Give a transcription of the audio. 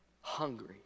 hungry